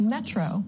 Metro